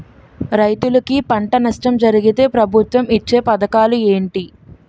రైతులుకి పంట నష్టం జరిగితే ప్రభుత్వం ఇచ్చా పథకాలు ఏంటి?